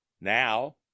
now